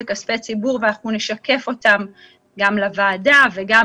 זה כספי ציבור ואנחנו נשקף אותם גם לוועדה וגם